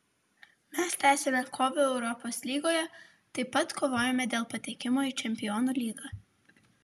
mes tęsiame kovą europos lygoje taip pat kovojame dėl patekimo į čempionų lygą